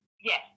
Yes